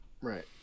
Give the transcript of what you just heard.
Right